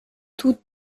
toutes